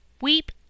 Weep